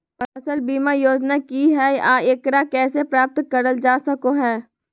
फसल बीमा योजना की हय आ एकरा कैसे प्राप्त करल जा सकों हय?